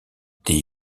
des